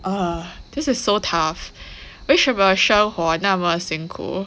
uh this is so tough 为什么生活那么辛苦